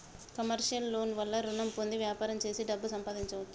commercial loan ల వల్ల రుణం పొంది వ్యాపారం చేసి డబ్బు సంపాదించొచ్చు